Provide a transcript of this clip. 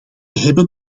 hebben